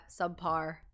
subpar